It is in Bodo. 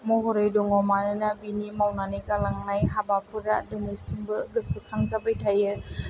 महरै दङ मानोना बिनि मावनानै गालांनाय हाबाफोरा दिनैसिमबो गोसोखां जाबाय थायो